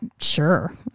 Sure